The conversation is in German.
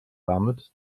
damit